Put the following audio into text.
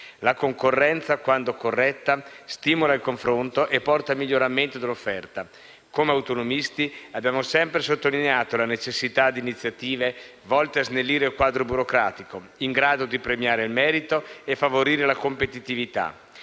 La concorrenza, quando corretta, stimola il confronto e porta al miglioramento dell'offerta. Come autonomisti, abbiamo sempre sottolineato la necessità di iniziative volte a snellire il quadro burocratico, in grado di premiare il merito e favorire la competitività,